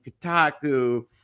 Kotaku